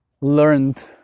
learned